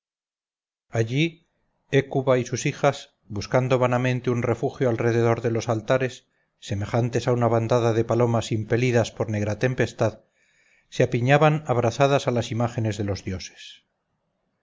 allí hécuba y sus hijas buscando vanamente un refugio alrededor de los altares semejantes a una bandada de palomas impelidas por negra tempestad se apiñaban abrazadas a las imágenes de los dioses